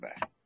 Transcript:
Bye